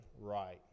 right